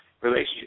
relationship